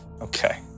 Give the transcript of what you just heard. Okay